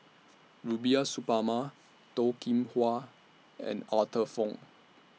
Rubiah Suparman Toh Kim Hwa and Arthur Fong